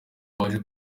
waje